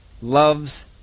loves